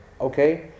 Okay